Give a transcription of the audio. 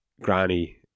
granny